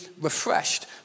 refreshed